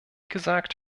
gesagt